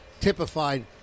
typified